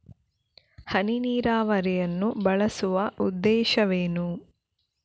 ಹನಿ ನೀರಾವರಿಯನ್ನು ಬಳಸುವ ಉದ್ದೇಶವೇನು?